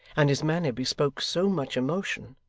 and his manner bespoke so much emotion,